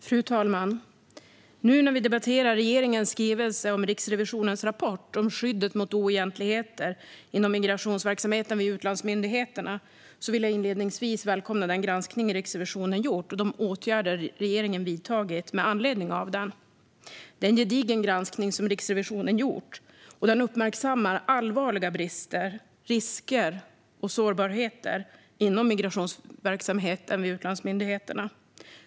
Fru talman! När vi nu debatterar regeringens skrivelse om Riksrevisionens rapport om skyddet mot oegentligheter inom migrationsverksamheten vid utlandsmyndigheterna vill jag inledningsvis välkomna den granskning Riksrevisionen gjort och de åtgärder regeringen vidtagit med anledning av den. Det är en gedigen granskning som Riksrevisionen gjort, och i den uppmärksammas allvarliga brister, risker och sårbarheter inom migrationsverksamheten vid utlandsmyndigheterna.